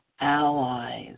allies